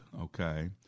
okay